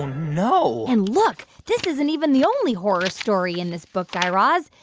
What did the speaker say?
no and look. this isn't even the only horror story in this book, guy raz.